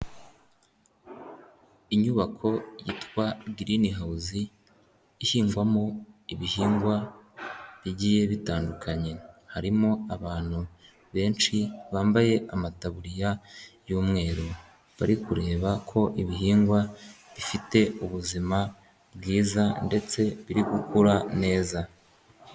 Inyubako yitwa Girinihawuzi ihingwamo ibihingwa bigiye bitandukanye, harimo abantu benshi bambaye amataburiya y'umweru, bari kureba ko ibihingwa bifite ubuzima bwiza ndetse biri gukura neza.